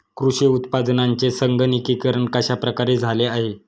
कृषी उत्पादनांचे संगणकीकरण कश्या प्रकारे झाले आहे?